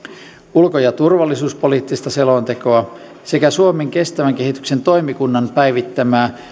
ulko ja turvallisuuspoliittista selontekoa sekä suomen kestävän kehityksen toimikunnan päivittämää